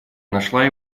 нашла